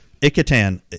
Icatan